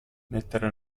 mettere